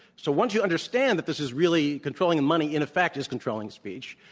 so once you understand that this is really controlling money in effect is controlling speech,